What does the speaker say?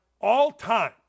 all-time